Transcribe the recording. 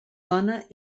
dona